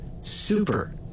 super